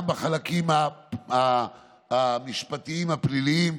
וגם בחלקים המשפטיים הפליליים,